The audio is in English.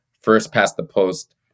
first-past-the-post